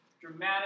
dramatic